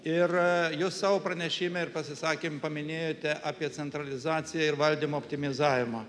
ir jūs savo pranešime ir pasisakym paminėjote apie centralizaciją ir valdymo optimizavimą